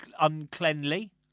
uncleanly